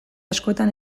askotan